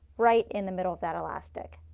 right in the middle of that elastic.